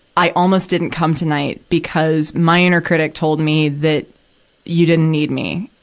i almost didn't come tonight because my inner critic told me that you didn't need me.